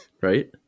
right